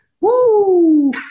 Woo